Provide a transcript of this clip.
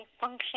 function